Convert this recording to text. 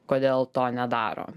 kodėl to nedaro